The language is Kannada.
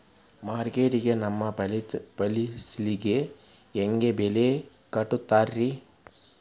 ಮಾರುಕಟ್ಟೆ ಗ ನಮ್ಮ ಫಸಲಿಗೆ ಹೆಂಗ್ ಬೆಲೆ ಕಟ್ಟುತ್ತಾರ ರಿ?